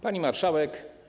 Pani Marszałek!